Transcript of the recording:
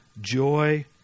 joy